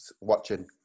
watching